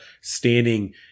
standing